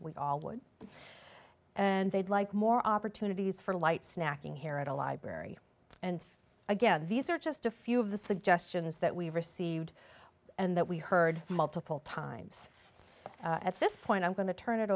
we all would and they'd like more opportunities for light snacking here at a library and again these are just a few of the suggestions that we've received and that we heard multiple times at this point i'm going to turn it